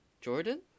Jordan